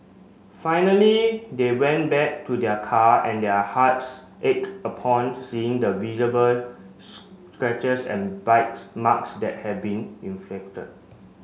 finally they went back to their car and their hearts ached upon seeing the visible scratches and bites marks that had been inflicted